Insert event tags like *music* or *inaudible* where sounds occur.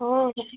ହଁ *unintelligible*